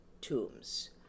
tombs